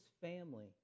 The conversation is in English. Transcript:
family